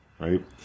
Right